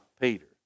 Peter